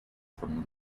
from